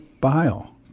bile